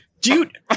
Dude